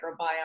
microbiome